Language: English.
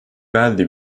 badly